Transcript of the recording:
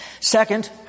Second